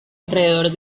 alrededor